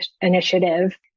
initiative